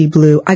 Blue